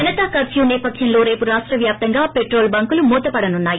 Janata curfew నేపథ్యంలో రేపు రాష్ట వ్యాప్తంగా పెట్రోల్ బంకులు మూతపడనున్నాయి